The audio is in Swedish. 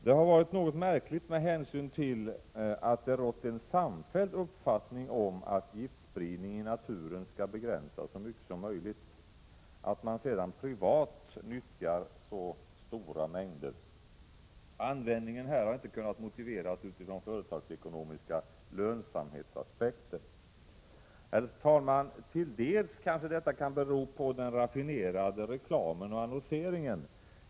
Det har varit något märkligt, med hänsyn till att det har rått en samfälld övertygelse om att giftspridning i naturen skall begränsas så mycket som möjligt, att man privat har använt så stora mängder. Användningen här har inte kunnat motiveras utifrån företagets ekonomiska lönsamhetsaspekter. Herr talman! Till dels kanske detta kan bero på den raffinerade reklamen och annonseringen.